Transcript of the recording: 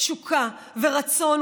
תשוקה ורצון,